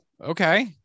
Okay